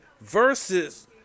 versus